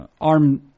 arm